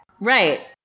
right